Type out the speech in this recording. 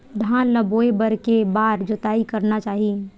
धान ल बोए बर के बार जोताई करना चाही?